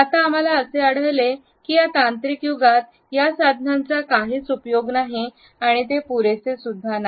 आता आम्हाला असे आढळले आहे की या तांत्रिक युगात केवळ या साधनांचा काहीच उपयोग नाही आणि ते पुरेसे सुद्धा नाही